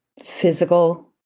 physical